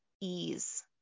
ease